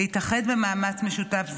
להתאחד במאמץ משותף זה,